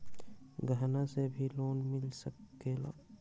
गहना से भी लोने मिल सकेला?